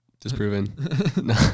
Disproven